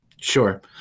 Sure